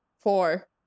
Four